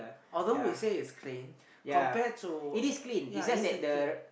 although we say is clean compare to ya easy clean